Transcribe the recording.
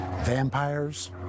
Vampires